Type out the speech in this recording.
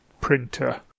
printer